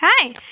Hi